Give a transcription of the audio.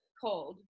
cold